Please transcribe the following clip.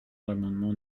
l’amendement